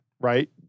right